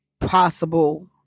possible